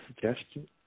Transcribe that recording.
suggestion